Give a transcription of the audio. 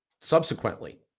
subsequently